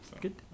Good